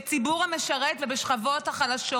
בציבור המשרת ובשכבות החלשות.